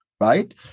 right